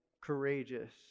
courageous